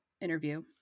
interview